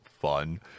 fun